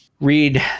read